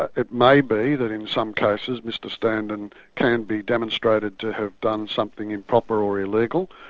it may be that, in some cases, mr standen can be demonstrated to have done something improper or illegal.